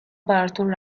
براتون